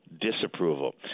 disapproval